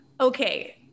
Okay